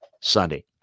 Sunday